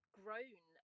grown